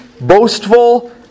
boastful